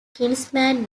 kinsman